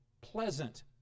pleasant